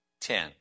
ten